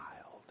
child